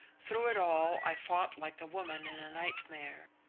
through it all i fought like a woman in a nightmare.